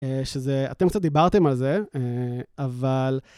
שזה, אתם קצת דיברתם על זה, אאא אבל...